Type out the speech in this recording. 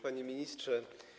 Panie Ministrze!